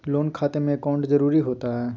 Loan खाते में account जरूरी होता है?